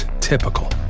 typical